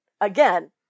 Again